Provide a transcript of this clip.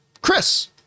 Chris